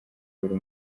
buri